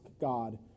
God